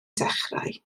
dechrau